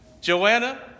Joanna